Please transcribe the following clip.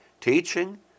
teaching